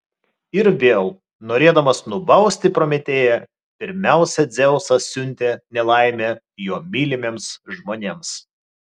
ir vėl norėdamas nubausti prometėją pirmiausia dzeusas siuntė nelaimę jo mylimiems žmonėms